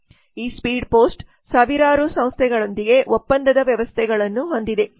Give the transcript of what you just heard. ಈ speed post ಸಾವಿರಾರು ಸಂಸ್ಥೆಗಳೊಂದಿಗೆ ಒಪ್ಪಂದದ ವ್ಯವಸ್ಥೆಗಳನ್ನು ಹೊಂದಿದೆ